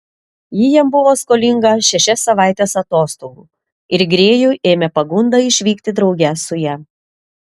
ji jam buvo skolinga šešias savaites atostogų ir grėjų ėmė pagunda išvykti drauge su ja